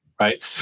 right